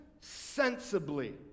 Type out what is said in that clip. sensibly